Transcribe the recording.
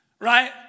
right